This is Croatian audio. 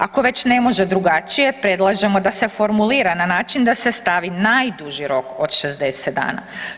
Ako već ne može drugačije predlažemo da se formulira na način da se stavi najduži rok od 60 dana.